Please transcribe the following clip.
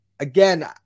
Again